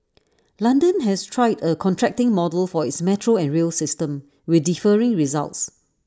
London has tried A contracting model for its metro and rail system with differing results